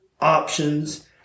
options